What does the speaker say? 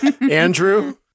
Andrew